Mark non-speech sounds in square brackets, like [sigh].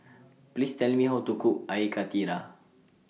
[noise] Please Tell Me How to Cook Air Karthira